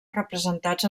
representats